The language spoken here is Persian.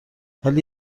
ولی